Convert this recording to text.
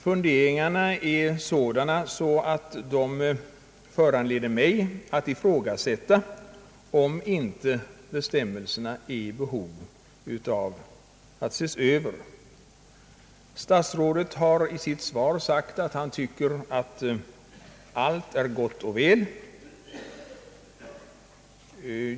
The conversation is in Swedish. Funderingarna är sådana att de föranleder mig att ifrågasätta, om inte gällande bestämmelser är i behov av att ses över. Statsrådet har i sitt svar sagt att han tycker att allt är gott och väl.